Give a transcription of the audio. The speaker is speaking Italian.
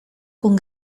con